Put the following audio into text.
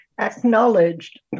acknowledged